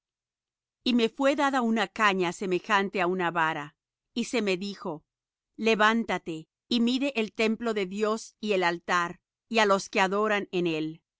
y me fué dada una caña semejante á una vara y se me dijo levántate y mide el templo de dios y el altar y á los que adoran en él